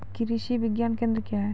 कृषि विज्ञान केंद्र क्या हैं?